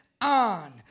on